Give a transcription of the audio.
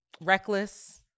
reckless